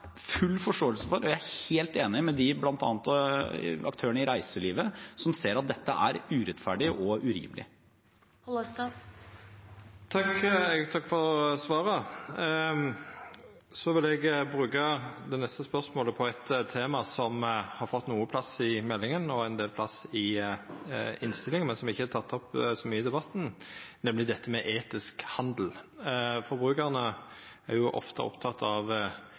full forståelse for og jeg er helt enig med bl.a. aktørene i reiselivet, som ser at dette er urettferdig og urimelig. Takk for svaret. Eg vil bruka det neste spørsmålet på eit tema som har fått noko plass i meldinga og ein del plass i innstillinga, men som ikkje er teke opp i debatten, nemleg etisk handel. Forbrukarane er ofte opptekne av